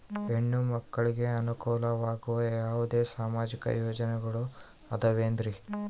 ಹೆಣ್ಣು ಮಕ್ಕಳಿಗೆ ಅನುಕೂಲವಾಗುವ ಯಾವುದೇ ಸಾಮಾಜಿಕ ಯೋಜನೆಗಳು ಅದವೇನ್ರಿ?